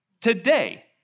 Today